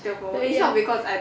oh ya